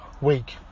week